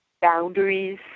boundaries